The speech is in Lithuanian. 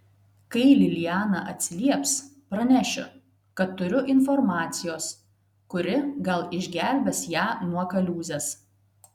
kai liliana atsilieps pranešiu kad turiu informacijos kuri gal išgelbės ją nuo kaliūzės